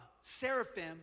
seraphim